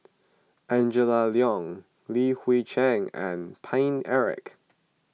Angela Liong Li Hui Cheng and Paine Eric